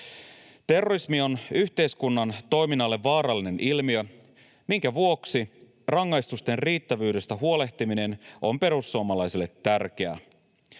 Terrorismi on yhteiskunnan toiminnalle vaarallinen ilmiö, minkä vuoksi rangaistusten riittävyydestä huolehtiminen on perussuomalaisille tärkeää.